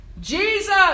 Jesus